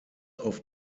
auf